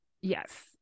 Yes